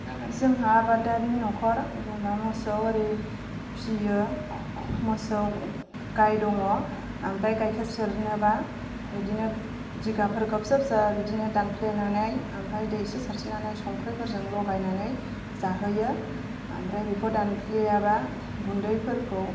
जोंहा आबादारि नखर जेनेबा मोसौ होरि फिसियो मोसौ गाय दङ ओमफ्राय गायखेर सेरनोबा इदिनो जिगाबफोरखौ फिसा फिसा बिदिनो दानफ्लेनानै ओमफ्राय दै इसे सारस्रिनानै संख्रिफोरजों लगायनानै जाहोयो ओमफ्राय बेखौ दानफ्लेयाबा गुन्दैफोरखौ